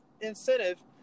incentive